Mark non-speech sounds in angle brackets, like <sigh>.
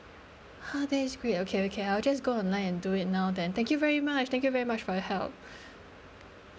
ha that is great okay okay I'll just go online and do it now then thank you very much thank you very much for your help <breath>